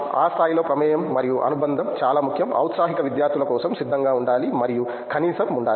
ఆ స్థాయి ప్రమేయం మరియు అనుబందం చాలా ముఖ్యం ఔత్సాహిక విద్యార్థుల కోసం సిద్ధంగా ఉండాలి మరియు కనీసం ఉండాలి